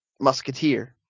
musketeer